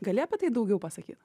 gali apie tai daugiau pasakyt